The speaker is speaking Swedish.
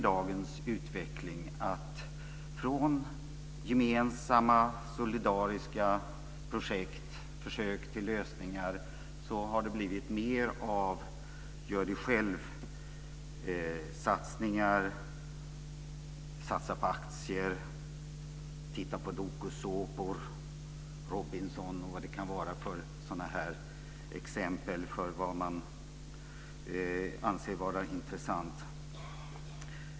Dagens utveckling går från gemensamma solidariska projekt och försök till lösningar till mer av gör-detsjälv-satsningar, handel med aktier och tittande på dokusåpor och Robinsonprogram och annat sådant som man kan anse vara intressant.